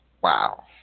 Wow